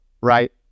right